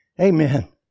Amen